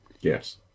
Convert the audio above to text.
Yes